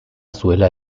zuela